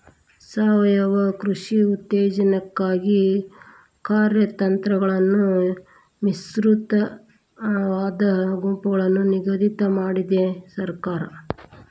ಸಾವಯವ ಕೃಷಿ ಉತ್ತೇಜನಕ್ಕಾಗಿ ಕಾರ್ಯತಂತ್ರಗಳನ್ನು ವಿಸ್ತೃತವಾದ ಗುಂಪನ್ನು ನಿಗದಿ ಮಾಡಿದೆ ಸರ್ಕಾರ